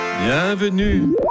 Bienvenue